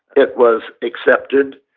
it was accepted.